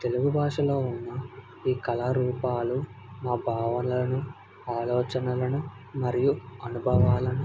తెలుగు భాషలో ఉన్న ఈ కళారూపాలు మా భావనలను ఆలోచనలను మరియు అనుభవాలను